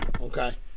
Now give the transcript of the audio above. Okay